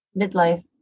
Midlife